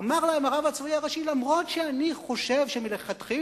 אמר להם הרב הצבאי הראשי: אף שאני חושב שמלכתחילה